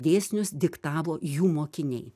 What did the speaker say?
dėsnius diktavo jų mokiniai